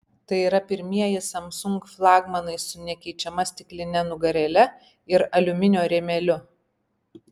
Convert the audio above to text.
tai yra pirmieji samsung flagmanai su nekeičiama stikline nugarėle ir aliuminio rėmeliu